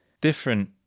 Different